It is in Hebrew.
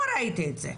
לא ראיתי את זה.